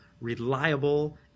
reliable